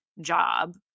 job